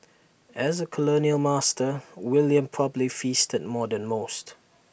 as A colonial master William probably feasted more than most